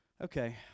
Okay